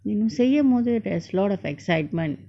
when you say it more there's a lot of excitement